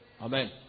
Amen